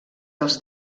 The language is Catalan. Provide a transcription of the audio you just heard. als